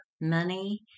money